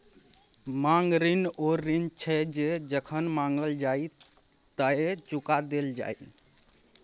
मांग ऋण ओ ऋण छै जे जखन माँगल जाइ तए चुका देल जाय